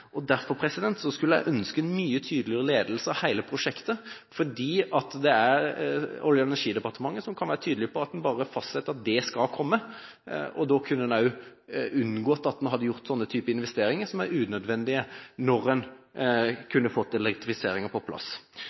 skulle jeg ønske en mye tydeligere ledelse av hele prosjektet. Olje- og energidepartementet kan være tydelig på og bare fastslå at elektrifisering skal komme. Da kunne en også unngått å gjøre denne type investeringer, som er unødvendig når en kunne fått elektrifiseringen på plass.